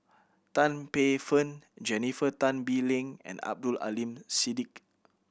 Tan Paey Fern Jennifer Tan Bee Leng and Abdul Aleem Siddique